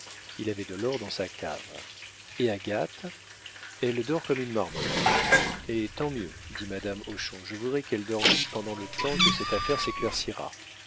il avait de l'or dans sa cave et agathe elle dort comme une marmotte ah tant mieux dit madame hochon je voudrais qu'elle dormît pendant le temps que cette affaire s'éclaircira